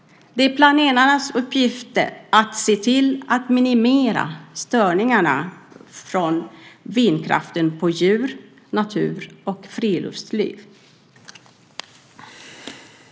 Det är planerarnas uppgift att se till att minimera störningarna från vindkraften på djur, natur och friluftsliv.